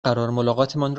قرارملاقاتمان